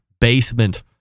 basement